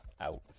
out